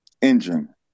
engine